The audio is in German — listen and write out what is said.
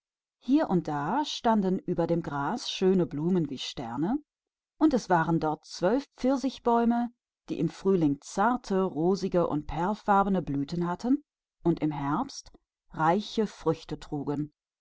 hier und da auf dem rasen standen schöne blumen wie sterne und da waren auch zwölf pfirsichbäume die im frühling zartrosa und perlweiß blühten und im herbst reiche frucht trugen